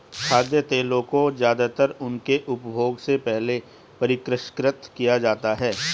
खाद्य तेलों को ज्यादातर उनके उपभोग से पहले परिष्कृत किया जाता है